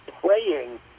playing